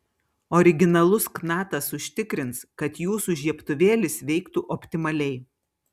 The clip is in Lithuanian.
originalus knatas užtikrins kad jūsų žiebtuvėlis veiktų optimaliai